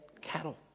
cattle